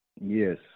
Yes